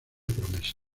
promesas